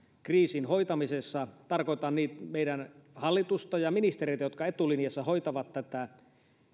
kriisin hoitamisessa tarkoitan meidän hallitusta ja ministereitä jotka etulinjassa hoitavat tätä